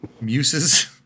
Muses